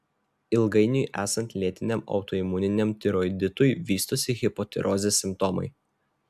ilgainiui esant lėtiniam autoimuniniam tiroiditui vystosi hipotirozės simptomai